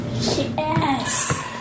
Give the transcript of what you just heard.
Yes